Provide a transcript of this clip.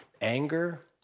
anger